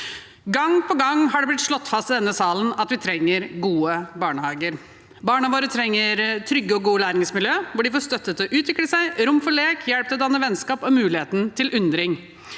Gang på gang er det blitt slått fast i denne salen at vi trenger gode barnehager. Barna våre trenger trygge og gode læringsmiljøer hvor de får støtte til å utvikle seg, rom for lek, hjelp til å danne vennskap og mulighet til undring.